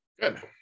good